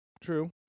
True